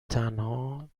تنها